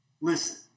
Listen